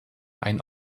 ein